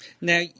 Now